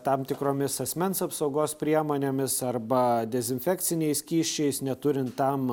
tam tikromis asmens apsaugos priemonėmis arba dezinfekciniais skysčiais neturint tam